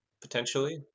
potentially